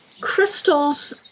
Crystals